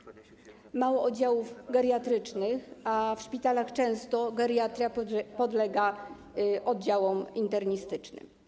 Mało jest oddziałów geriatrycznych, a w szpitalach często geriatria podlega oddziałom internistycznym.